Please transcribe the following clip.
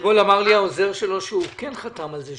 אתמול אמר לי העוזר שלו שהוא כן חתם על זה,